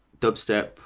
dubstep